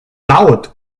laut